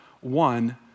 one